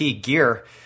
gear